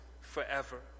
forever